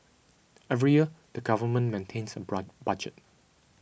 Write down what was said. every year the government maintains a budget